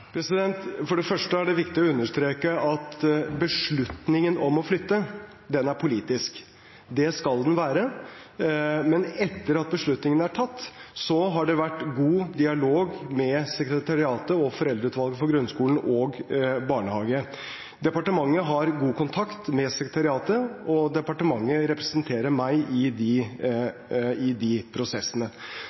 For det første er det viktig å understreke at beslutningen om å flytte er politisk. Det skal den være. Men etter at beslutningen ble tatt, har det vært god dialog med sekretariatet og Foreldreutvalget for grunnopplæringen og Foreldreutvalget for barnehager. Departementet har god kontakt med sekretariatet, og departementet representerer meg i de